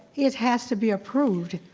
it has to be approved.